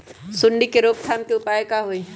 सूंडी के रोक थाम के उपाय का होई?